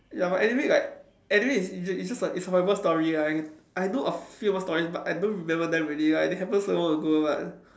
ya but anyway like anyway it's just a it's just a it's a horrible story lah and I know of few more stories but I don't remember them already like they happened so long ago but